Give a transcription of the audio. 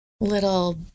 little